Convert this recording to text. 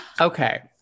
okay